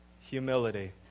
humility